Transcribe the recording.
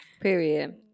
period